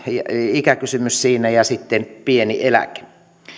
ikäkysymys siinä ja sitten pieni eläke